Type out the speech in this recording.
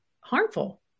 harmful